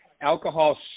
alcohol